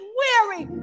weary